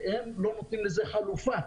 והם לא נותנים לזה חלופה,